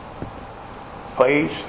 Please